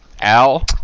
Al